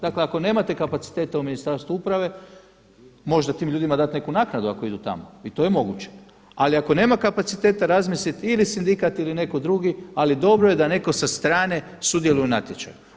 Dakle ako nemate kapaciteta u Ministarstvu uprave, možda tim ljudima dati neku naknadu ako idu tamo i to je moguće, ali ako nema kapaciteta razmisliti ili sindikat ili neko drugi, ali dobro je da neko sa strane sudjeluje u natječaju.